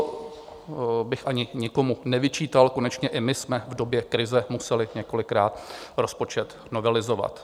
To bych ani nikomu nevyčítal, konečně i my jsme v době krize museli několikrát rozpočet novelizovat.